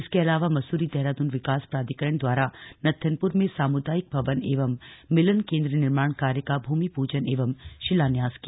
इसके अलावा मसूरी देहरादून विकास प्राधिकरण द्वारा नत्थनपुर में सामुदायिक भवन एवं मिलन केन्द्र निर्माण कार्य का भूमि प्रजन एवं शिलान्यास किया